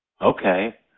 Okay